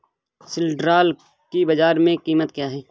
सिल्ड्राल की बाजार में कीमत क्या है?